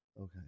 Okay